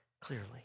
clearly